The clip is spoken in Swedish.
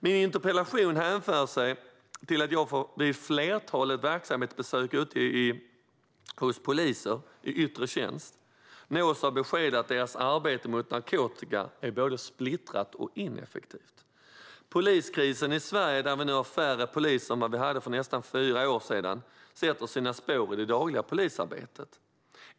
Min interpellation har sin grund i att jag vid flertalet verksamhetsbesök ute hos poliser i yttre tjänst nås av besked att deras arbete mot narkotika är både splittrat och ineffektivt. Poliskrisen i Sverige, där vi nu har färre poliser än vi hade för nästan fyra år sedan, sätter sina spår i det dagliga polisarbetet.